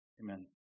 Amen